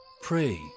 Pray